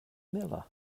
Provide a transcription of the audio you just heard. miller